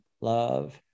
love